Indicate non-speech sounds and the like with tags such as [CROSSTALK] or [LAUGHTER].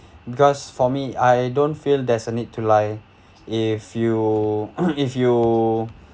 because for me I don't feel there's a need to lie if you [COUGHS] if you